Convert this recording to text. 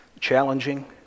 challenging